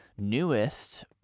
newest